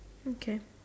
okay